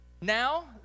Now